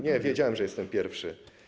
Nie, wiedziałem, że jestem pierwszy.